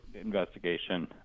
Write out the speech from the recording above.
investigation